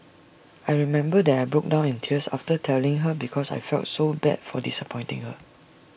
I remember that I broke down in tears after telling her because I felt so bad for disappointing her